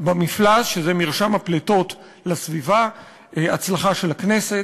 שזה מרשם הפליטות לסביבה, הצלחה של הכנסת,